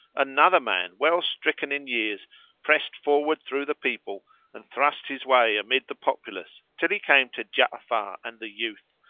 another man well stricken in years pressed forwards through the people and thrust his way amid the populace till he came to ja'afar and the youth,